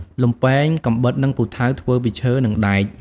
លំពែង កាំបិត និងពូថៅ ធ្វើពីឈើ និងដែក។